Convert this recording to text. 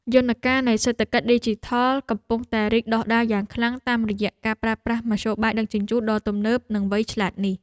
យន្តការនៃសេដ្ឋកិច្ចឌីជីថលកំពុងតែរីកដុះដាលយ៉ាងខ្លាំងតាមរយៈការប្រើប្រាស់មធ្យោបាយដឹកជញ្ជូនដ៏ទំនើបនិងវៃឆ្លាតនេះ។